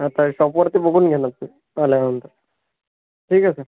आत्ता शॉपवरती बघून घ्या ना ते आल्यानंतर ठीक आहे सर